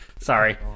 sorry